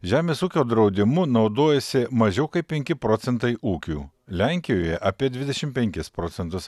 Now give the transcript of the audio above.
žemės ūkio draudimu naudojasi mažiau kaip penki procentai ūkių lenkijoje apie dvidešimt penkis procentus